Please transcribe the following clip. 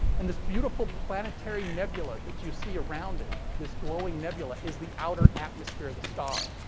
and, this beautiful planetary nebula that you see around it, this glowing nebula, is the outer atmosphere of the star.